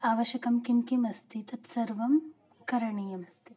आवश्यकं किं किम् अस्ति तत्सर्वं करणीयमस्ति